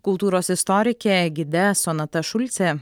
kultūros istorike gide sonata šulce